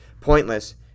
pointless